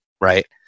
Right